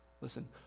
Listen